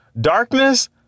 Darkness